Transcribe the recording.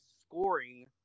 scoring